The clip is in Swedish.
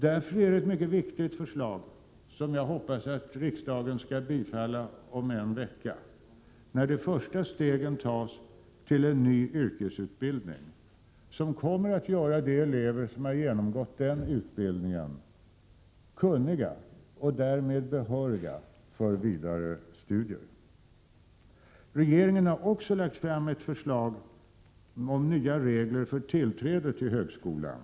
Därför är det ett mycket viktigt förslag som jag hoppas att riksdagen skall bifalla om en vecka som innebär att de första stegen tas mot en ny yrkesutbildning, som kommer att göra de elever som genomgått den kunniga och därmed behöriga för vidare studier. Regeringen har också lagt fram ett förslag till nya regler för tillträde till högskolan.